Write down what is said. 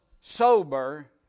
sober